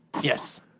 Yes